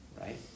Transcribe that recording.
Right